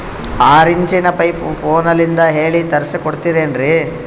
ಆರಿಂಚಿನ ಪೈಪು ಫೋನಲಿಂದ ಹೇಳಿ ತರ್ಸ ಕೊಡ್ತಿರೇನ್ರಿ?